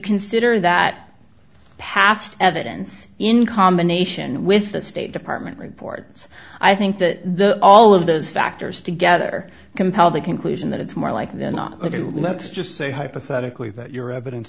consider that past evidence in combination with the state department reports i think that those all of those factors together compel the conclusion that it's more like they're not going to let's just say hypothetically that your evidence